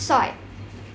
ছয়